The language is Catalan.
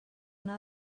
una